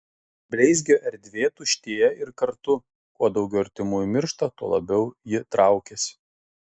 bleizgio erdvė tuštėja ir kartu kuo daugiau artimųjų miršta tuo labiau ji traukiasi